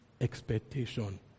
expectation